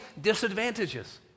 disadvantages